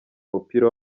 umupira